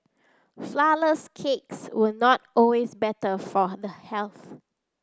flourless cakes was not always better for the health